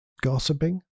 Gossiping